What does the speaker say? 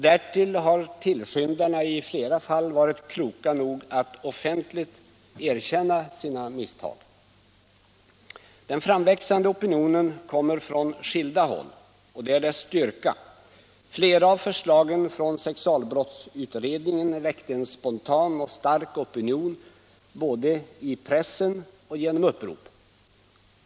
Därtill har tillskyndarna i flera fall varit kloka nog att offentligt erkänna sina misstag. Den framväxande opinionen kommer från skilda håll, och det är dess styrka. Flera av förslagen från sexualbrottsutredningen väckte en spontan och stark opinion både i pressen och genom upprop.